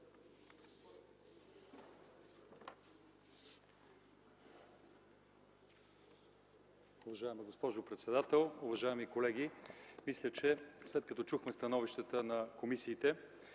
Уважаема госпожо председател, уважаеми колеги! След като чухме становищата на комисиите,